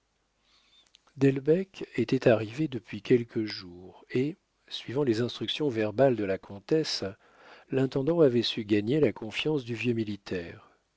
pas delbecq était arrivé depuis quelques jours et suivant les instructions verbales de la comtesse l'intendant avait su gagner la confiance du vieux militaire